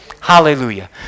Hallelujah